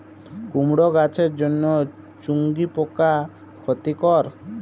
কুমড়ো গাছের জন্য চুঙ্গি পোকা ক্ষতিকর?